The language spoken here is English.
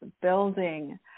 building